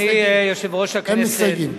אין מסתייגים.